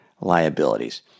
liabilities